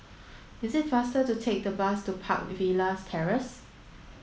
it is faster to take the bus to Park Villas Terrace